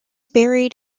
buried